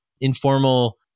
informal